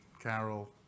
Carol